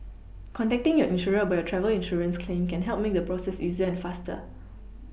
contacting your insurer about your travel insurance claim can help make the process easier and faster